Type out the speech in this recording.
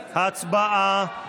הצבעה.